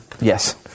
Yes